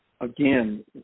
Again